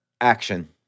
action